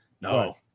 No